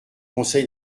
conseil